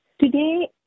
Today